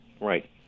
Right